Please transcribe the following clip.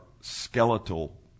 skeletal